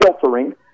filtering